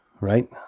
right